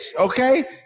okay